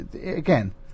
again